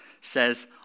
says